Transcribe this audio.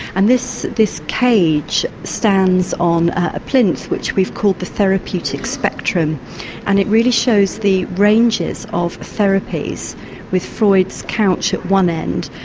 and this this cage stands on a plinth which we've called the therapeutic spectrum and it really shows the ranges of therapies with freud's couch at one end,